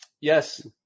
Yes